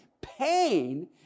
Pain